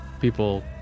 people